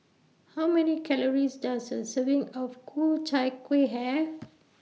How Many Calories Does A Serving of Ku Chai Kueh Have